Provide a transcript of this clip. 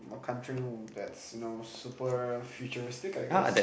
a country that's you know super futuristic I guess